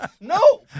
no